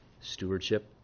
Stewardship